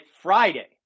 Friday